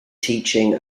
teaching